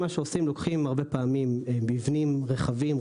מה שעושים זה שלוקחים הרבה פעמים מבנים רחבים,